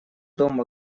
дом